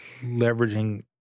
leveraging